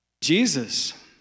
Jesus